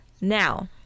Now